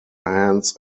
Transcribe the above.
hands